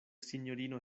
sinjorino